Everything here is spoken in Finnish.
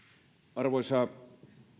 arvoisa